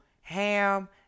ham